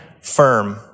firm